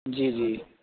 جی جی